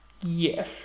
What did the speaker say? Yes